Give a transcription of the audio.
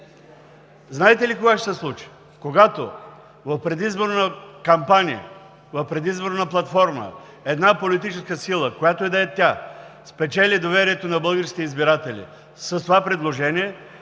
Знаете ли кога ще се случи? Когато в предизборна кампания, в предизборна платформа една политическа сила, която и да е тя, спечели доверието на българските избиратели. С това предложение